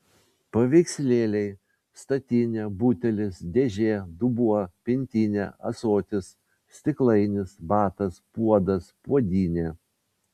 paveikslėliai statinė butelis dėžė dubuo pintinė ąsotis stiklainis batas puodas puodynė